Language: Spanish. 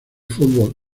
fútbol